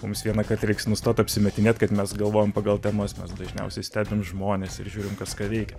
mums vienąkart reiks nustot apsimetinėt kad mes galvojam pagal temas mes dažniausiai stebim žmones ir žiūrim kas ką veikia